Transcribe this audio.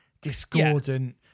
discordant